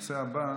הנושא הבא,